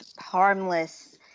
harmless